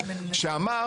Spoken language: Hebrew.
שאמר